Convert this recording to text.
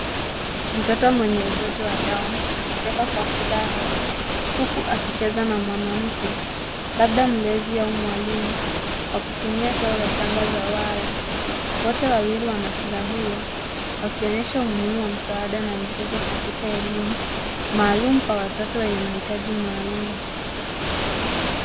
Mtoto mwenye ugonjwa wa Down akicheka kwa furaha, huku akicheza na mwanamke, labda mlezi au mwalimu kwa kutumia toy ya shanga za waya. Wote wawili wanafurahia wakionyesha umuhimu wa msaada na michezo katika elimu maalum kwa watoto wenye mahitaji maalum.